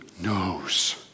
knows